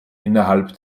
innerhalb